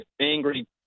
angry